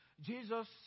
Jesus